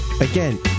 Again